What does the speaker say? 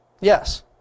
Yes